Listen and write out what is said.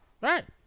Right